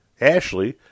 Ashley